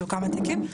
יש לו כמה תיקים.